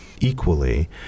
equally